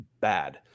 bad